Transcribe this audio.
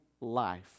life